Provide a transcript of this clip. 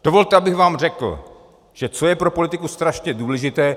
Dovolte, abych vám řekl, že co je pro politiku strašně důležité.